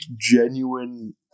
genuine